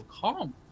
calm